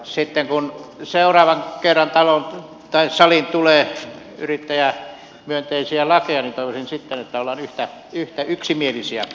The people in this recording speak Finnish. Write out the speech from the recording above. sitten kun seuraavan kerran saliin tulee yrittäjämyönteisiä lakeja toivoisin että ollaan yhtä yksimielisiä